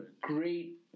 great